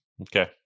okay